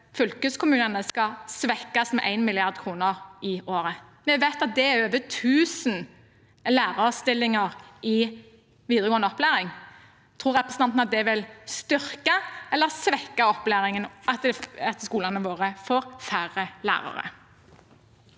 fylkeskommunene skal svekkes med 1 mrd. kr i året. Vi vet at det er over 1 000 lærerstillinger i videregående opplæring. Tror representanten det vil styrke eller svekke opplæringen at skolene våre får færre lærere?